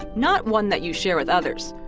not one that you share with others.